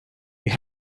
you